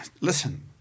listen